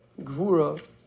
Gvura